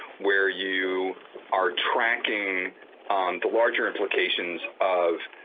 where you are tracking the larger implications of.